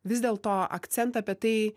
vis dėl to akcentą apie tai